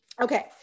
Okay